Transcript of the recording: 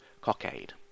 Cockade